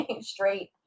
straight